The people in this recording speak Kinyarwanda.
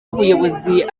ubuyobozi